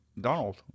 Donald